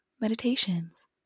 meditations